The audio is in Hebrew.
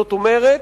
זאת אומרת,